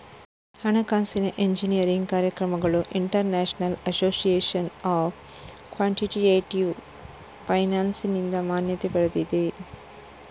ಹಣಕಾಸಿನ ಎಂಜಿನಿಯರಿಂಗ್ ಕಾರ್ಯಕ್ರಮಗಳು international association of quantitative ಫೈನಾನ್ಸಿನಿಂದ ಮಾನ್ಯತೆ ಪಡೆದಿವೆ